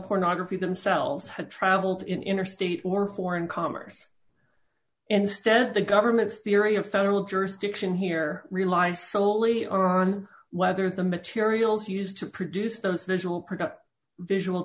pornography themselves had traveled in interstate or foreign commerce instead the government's theory of federal jurisdiction here rely solely on whether the materials used to produce those visual